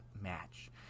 match